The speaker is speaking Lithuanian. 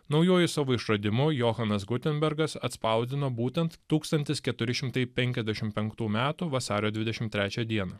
naujuoju savo išradimu johanas gutenbergas atspausdino būtent tūkstantis keturi šimtai penkiasdešimt penktų metų vasario dvidešimt trečią dieną